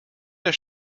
der